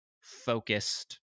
focused